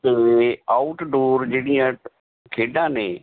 ਅਤੇ ਆਊਟਡੋਰ ਜਿਹੜੀਆਂ ਖੇਡਾਂ ਨੇ